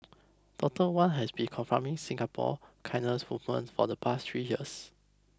Doctor Wan has been confronting Singapore kindness movement for the past three years